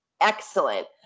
excellent